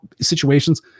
situations